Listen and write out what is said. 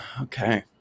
okay